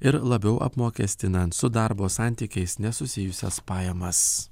ir labiau apmokestinant su darbo santykiais nesusijusias pajamas